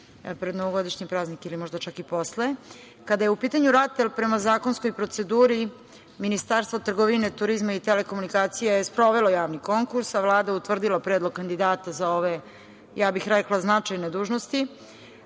pred novogodišnje praznike ili možda čak i posle. Kada je u pitanju RATEL prema zakonskoj proceduri Ministarstvo trgovine, turizma i telekomunikacije je sprovela javni konkurs, a Vlada utvrdila predlog kandidata za ove, ja bih rekla značajne dužnosti.